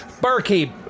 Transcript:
Barkeep